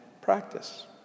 Practice